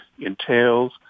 entails